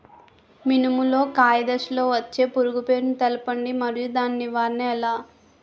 మినుము లో కాయ దశలో వచ్చే పురుగు పేరును తెలపండి? మరియు దాని నివారణ ఎలా?